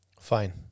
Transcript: fine